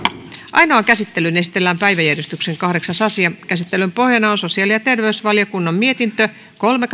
ainoaan käsittelyyn esitellään päiväjärjestyksen kahdeksas asia käsittelyn pohjana on sosiaali ja terveysvaliokunnan mietintö kolme